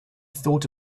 thought